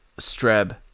streb